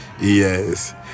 yes